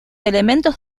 elementos